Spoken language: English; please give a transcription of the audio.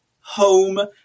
home